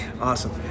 Awesome